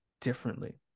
differently